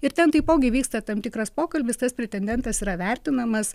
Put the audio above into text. ir ten taipogi vyksta tam tikras pokalbis tas pretendentas yra vertinamas